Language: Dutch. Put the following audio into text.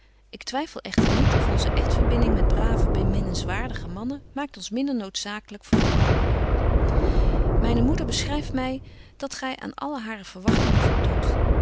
ik twyffel echter niet of onze echtverbinding met brave beminnenswaardige mannen maakt ons minder noodzaaklyk voor elkander myne moeder schryft my dat gy aan alle hare verwagtingen voldoet